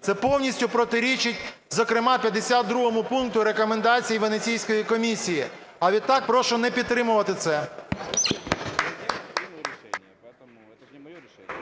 Це повністю протирічить, зокрема, 52 пункту рекомендацій Венеційської комісії, а відтак прошу не підтримувати це. ГОЛОВУЮЧИЙ.